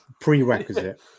prerequisite